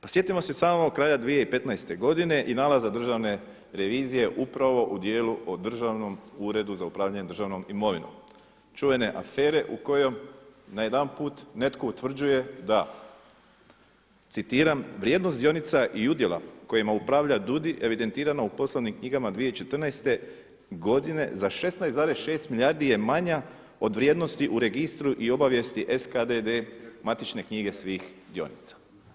Pa sjetimo se samo kraj 2015. godine i nalaza Državne revizije upravo u dijelu o Državnom uredu za upravljanje državnom imovinom, čuvene afere u kojoj najedanput netko utvrđuje da citiram „Vrijednost dionica i udjela kojima upravlja DUUDI evidentirano u poslovnim knjigama 2014. godine za 16,6 milijardi je manja od vrijednosti u registru i obavijesti SKDD matične knjige svih dionica.